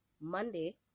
Monday